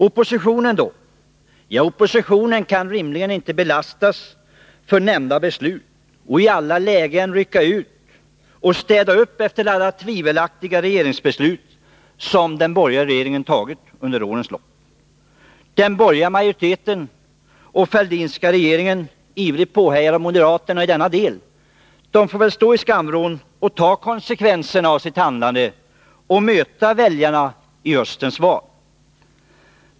Oppositionen kan rimligen inte belastas för nämnda beslut. Den kan inte heller i alla lägen rycka ut och städa upp efter alla tvivelaktiga regeringsbeslut som den borgerliga regeringen fattat under årens lopp. Den borgerliga majoriteten och den Fälldinska regeringen, ivrigt påhejade av moderaterna i denna del, får väl stå i skamvrån och ta konsekvenserna av sitt handlande och möta väljarna i höstens val.